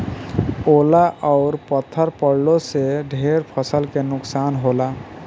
ओला अउर पत्थर पड़लो से ढेर फसल के नुकसान होला